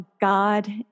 God